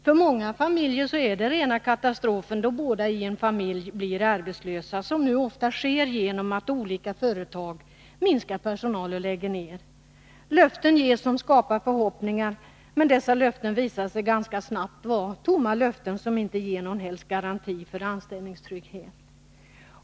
För många familjer är det rena katastrofen när båda försörjarna blir arbetslösa, som nu ofta sker genom att olika företag minskar sin personal och lägger ner. Löften ges som skapar förhoppningar, men dessa löften visar sig ganska snart vara tomma löften som inte ger någon som helst garanti för anställningstrygghet.